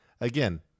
again